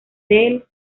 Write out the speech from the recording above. del